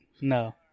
No